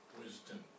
wisdom